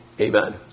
Amen